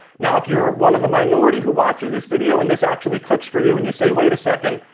now, if you're one of the minority who watches this video and this actually clicks for you, and you say, wait a second,